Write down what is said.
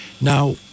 Now